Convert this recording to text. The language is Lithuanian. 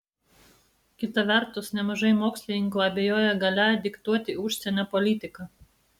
kita vertus nemažai mokslininkų abejoja galia diktuoti užsienio politiką